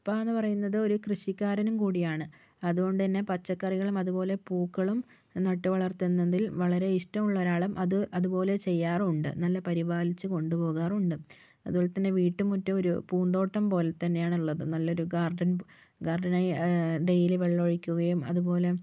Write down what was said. ഉപ്പായെന്ന് പറയുന്നത് ഒരു കൃഷിക്കാരനും കൂടിയാണ് അതുകൊണ്ടുതന്നെ പച്ചക്കറികളും അതുപോലെ പൂക്കളും നട്ടുവളർത്തുന്നതിൽ വളരെ ഇഷ്ടമുള്ള ഒരാളും അത് അതുപോലെ ചെയ്യാറും ഉണ്ട് നല്ല പരിപാലിച്ചു കൊണ്ടുപോകാറുണ്ട് അതുപോലെത്തന്നെ വീട്ടുമുറ്റം ഒരു പൂന്തോട്ടം പോലെ തന്നെയാണുള്ളത് നല്ലൊരു ഗാർഡൻ ഗാർഡനായി ഡെയ്ലി വെള്ളമൊഴിക്കുകയും അതുപോലെ